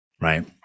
Right